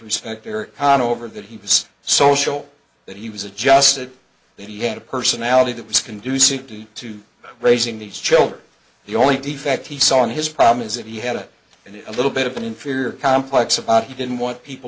respect air con over that he was social that he was adjusted that he had a personality that was conducive to to raising these children the only defect he saw in his problem is if he had it in a little bit of an inferior complex about he didn't want people